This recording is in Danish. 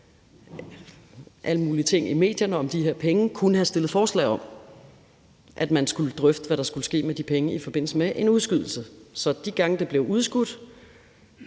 alle mulige ting i medierne om de her penge, kunne have stillet forslag om, at man skulle drøfte, hvad der skulle ske med de penge i forbindelse med en udskydelse. Så de gange det blev udskudt,